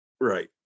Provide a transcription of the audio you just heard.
Right